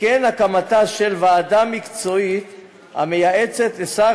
וכן הוקמה ועדה מקצועית המייעצת לשר